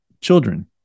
children